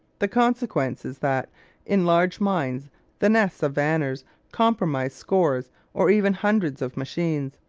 the consequence is that in large mines the nests of vanners comprise scores or even hundreds of machines.